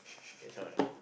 that's all